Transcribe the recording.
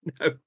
No